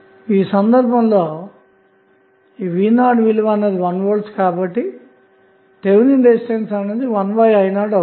ఈ సందర్భంలో v 0విలువ 1 v కాబట్టి థెవెనిన్ రెసిస్టెన్స్ 1 io అవుతుంది